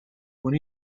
when